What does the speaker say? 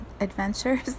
adventures